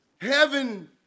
heaven